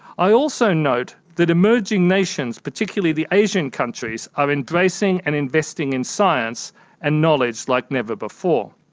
i also note that emerging nations, particularly the asian countries, are embracing and investing in science and knowledge like never before.